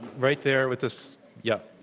right there with this yeah,